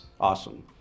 Awesome